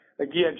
Again